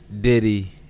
Diddy